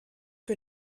que